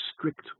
strict